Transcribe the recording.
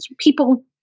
people